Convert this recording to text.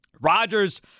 Rodgers